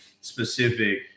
specific